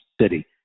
city